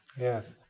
Yes